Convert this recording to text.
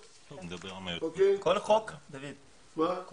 אני לא מזלזל בדיון אבל שיבינו הפקידים